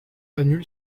annule